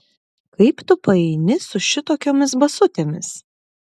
kaip tu paeini su šitokiomis basutėmis